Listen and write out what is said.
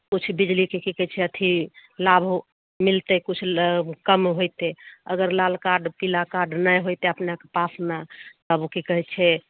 किछु बिजलीके की कहै छै अथी लाभो मिलतै किछु कम होइतै अगर लाल कार्ड पिला कार्ड नहि होइतै अपनेके पासमे तब की कहै छै